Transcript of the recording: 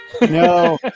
No